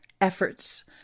efforts